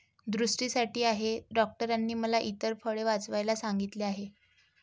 दृष्टीसाठी आहे डॉक्टरांनी मला इतर फळे वाचवायला सांगितले आहे